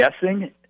guessing